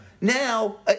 Now